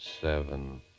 seven